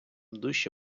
дужче